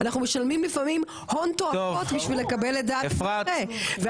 אנחנו משלמים לפעמים הון תועפות בשביל לקבל את דעתו ואז